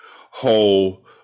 whole